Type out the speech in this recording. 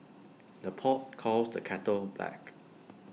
the pot calls the kettle black